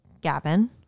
Gavin